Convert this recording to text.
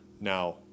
Now